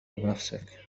بنفسك